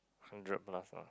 hundred plus lah